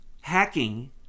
hacking